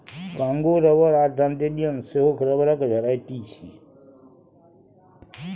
Congo rubber आ dandelion सेहो रबरक भेराइटी छै